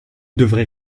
devrais